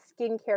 skincare